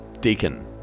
Deacon